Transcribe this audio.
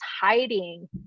hiding